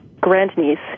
grandniece